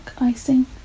icing